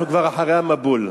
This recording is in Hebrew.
אנחנו כבר אחרי המבול.